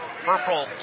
purple